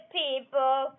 people